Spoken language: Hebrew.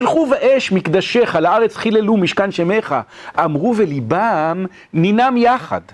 הלכו ואש מקדשיך לארץ חיללו משכן שמך אמרו וליבם נינם יחד